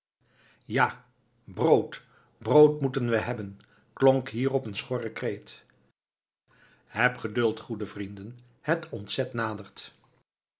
ja brood brood moeten we hebben klonk hierop een schorre kreet hebt geduld goede vrienden het ontzet nadert